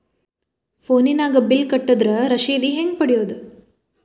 ಫೋನಿನಾಗ ಬಿಲ್ ಕಟ್ಟದ್ರ ರಶೇದಿ ಹೆಂಗ್ ಪಡೆಯೋದು?